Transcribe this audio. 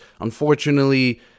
Unfortunately